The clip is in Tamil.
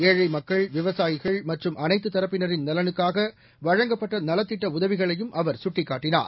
ஏழை மக்கள் விவசாயிகள் மற்றும் அனைத்து தரப்பினரின் நலனுக்காக வழங்கப்பட்ட நலத்திட்ட உதவிகளையும் அவர் சுட்டிக்காட்டினார்